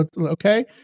okay